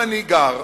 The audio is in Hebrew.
אם אני גר